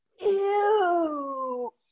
Ew